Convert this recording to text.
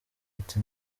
ati